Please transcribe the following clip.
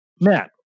Matt